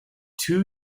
two